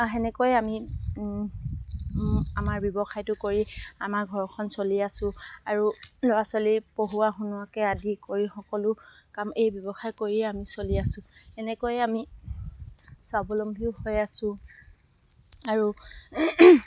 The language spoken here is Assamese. সেনেকৈয়ে আমি আমাৰ ব্যৱসায়টো কৰি আমাৰ ঘৰখন চলি আছোঁ আৰু ল'ৰা ছোৱালী পঢ়ুৱা শুনোৱাকে আদি কৰি সকলো কাম এই ব্যৱসায় কৰিয়ে আমি চলি আছোঁ এনেকৈয়ে আমি স্বাৱলম্বীও হৈ আছোঁ আৰু